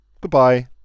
Goodbye